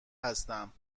هستم